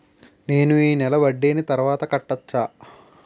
నేను ఈ నెల వడ్డీని తర్వాత కట్టచా?